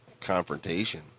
confrontation